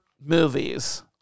movies